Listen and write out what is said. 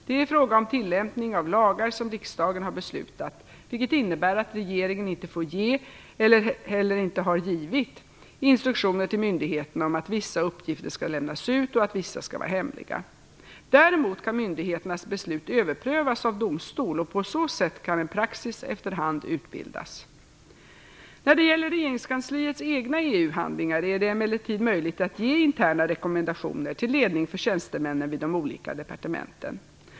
Det är fråga om tillämpning av lagar som riksdagen har beslutat, vilket innebär att regeringen inte får ge - och heller inte har givit - instruktioner till myndigheterna om att vissa uppgifter skall lämnas ut och att vissa skall vara hemliga. Däremot kan myndigheternas beslut överprövas av domstol, och på så sätt kan en praxis efter hand utbildas. När det gäller regeringskansliets egna EU handlingar är det emellertid möjligt att ge interna rekommendationer till ledning för tjänstemännen vid de olika departementen.